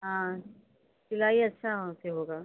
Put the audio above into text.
हाँ सिलाई अच्छे से होगी